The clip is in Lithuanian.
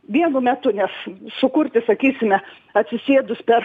vienu metu nes sukurti sakysime atsisėdus per